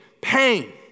pain